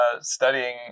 studying